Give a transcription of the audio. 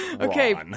Okay